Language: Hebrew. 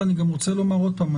ואני גם רוצה לומר עוד פעם,